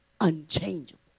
unchangeable